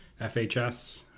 FHS